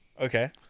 Okay